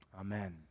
amen